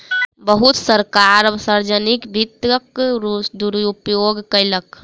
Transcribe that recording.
बहुत सरकार सार्वजनिक वित्तक दुरूपयोग कयलक